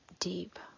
deep